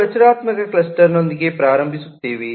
ನಾವು ರಚನಾತ್ಮಕ ಕ್ಲಸ್ಟರಿಂಗ್ನೊಂದಿಗೆ ಪ್ರಾರಂಭಿಸುತ್ತೇವೆ